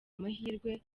amahirwe